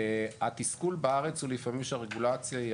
התסכול בארץ הוא לפעמים שהרגולציה היא